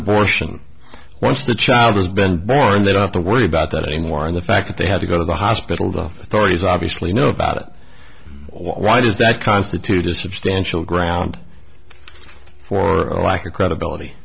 abortion once the child has been born that out the worry about that anymore and the fact that they had to go to the hospital the authorities obviously know about it why does that constitute a substantial ground for lack of credibility